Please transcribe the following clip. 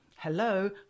Hello